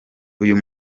uyu